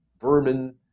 vermin